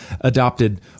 adopted